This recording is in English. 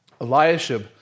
Eliashib